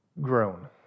grown